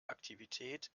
aktivität